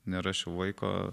nerasčiau vaiko